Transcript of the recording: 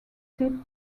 tip